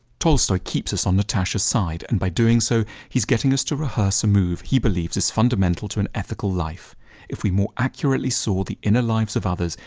tolstoy keeps us on natasha's side and by doing so, he is getting us to rehearse a move he believes is fundamental to an ethical life if we more accurately saw the inner lives of others,